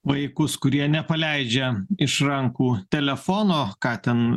vaikus kurie nepaleidžia iš rankų telefono ką ten